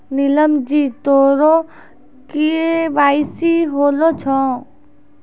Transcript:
नीलम जी तोरो के.वाई.सी होलो छौं?